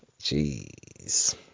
Jeez